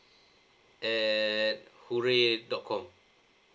at hooray dot com